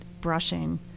brushing